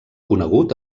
conegut